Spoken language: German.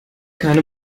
keine